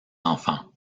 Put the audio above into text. enfants